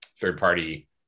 third-party